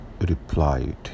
replied